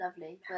lovely